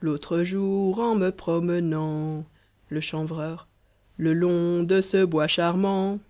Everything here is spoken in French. l'autre jour en me promenant le chanvreur le long de ce bois charmant